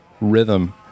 rhythm